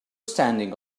standing